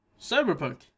Cyberpunk